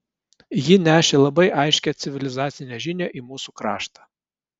ji nešė labai aiškią civilizacinę žinią į mūsų kraštą